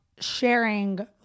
sharing